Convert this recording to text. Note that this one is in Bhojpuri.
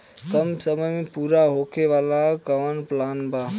कम समय में पूरा होखे वाला कवन प्लान बा?